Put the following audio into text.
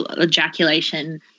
ejaculation